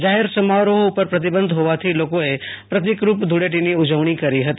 જાહેર સમારોહ ઉપર પ્રતિબંધ હોવાથી લોકોએ પ્રતિકરૂપ ધુનેટીની ઉજવણી કરી હતી